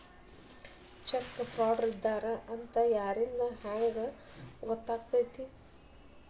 Check ಫ್ರಾಡರಿದ್ದಾರ ಅಂತ ಯಾರಿಂದಾ ಇಲ್ಲಾ ಹೆಂಗ್ ಗೊತ್ತಕ್ಕೇತಿ?